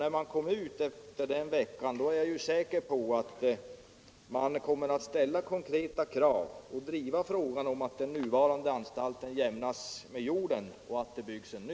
När man kom ut efter den veckan är jag säker på att man skulle ställa konkreta krav och driva frågan om att den nuvarande anstalten jämnas med marken och att det byggs en ny.